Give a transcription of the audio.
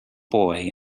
boy